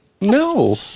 No